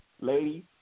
Ladies